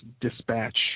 Dispatch